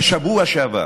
בשבוע שעבר